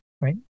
right